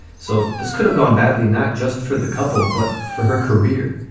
so this could have gone badly not just for the couple but for her career.